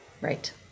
right